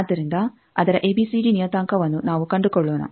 ಆದ್ದರಿಂದ ಅದರ ಎಬಿಸಿಡಿ ನಿಯತಾಂಕವನ್ನು ನಾವು ಕಂಡುಕೊಳ್ಳೋಣ